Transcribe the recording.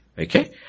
Okay